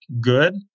good